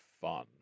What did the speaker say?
fun